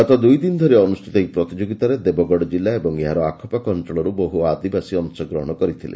ଗତ ଦୁଇଦିନ ଧରି ଅନୁଷ୍ଚିତ ଏହି ପ୍ରତିଯୋଗିତାରେ ଦେବଗଡ଼ ଜିଲ୍ଲା ଏବଂ ଏହା ଆଖପାଖ ଅଞଳରୁ ବହୁ ଆଦିବାସୀ ଅଂଶ ଗ୍ରହଶ କରିଥିଲେ